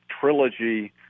trilogy